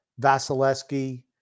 Vasilevsky